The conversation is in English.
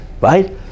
right